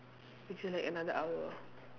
which is like another hour